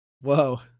Whoa